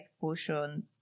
portion